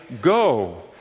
go